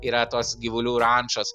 yra tos gyvulių rančos